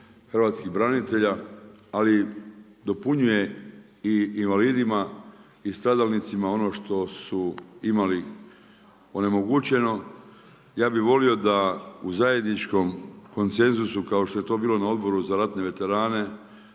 hrvatskih branitelja, ali dopunjuje i invalidima i stradalnicima ono što su imali onemogućeno. Ja bi volio da u zajedničkom konsenzusu kao što je to bilo u Odboru za ratne veterane